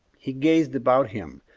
he gazed about him,